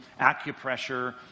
acupressure